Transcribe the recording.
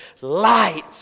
light